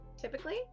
typically